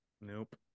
Nope